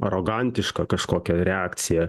arogantišką kažkokią reakciją